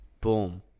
Boom